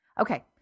Okay